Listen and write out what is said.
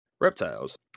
reptiles